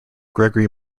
gregory